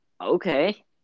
okay